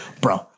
bro